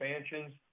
expansions